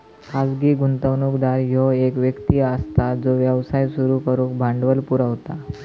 खाजगी गुंतवणूकदार ह्यो एक व्यक्ती असता जो व्यवसाय सुरू करुक भांडवल पुरवता